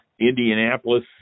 Indianapolis